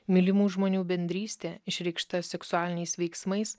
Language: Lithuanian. mylimų žmonių bendrystė išreikšta seksualiniais veiksmais